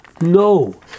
No